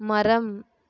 மரம்